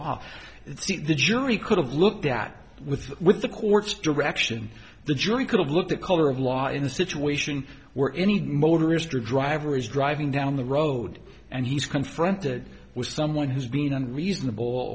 law the jury could have looked at with with the court's direction the jury could have looked at color of law in a situation where any motorist or driver is driving down the road and he's confronted with someone who's being unreasonable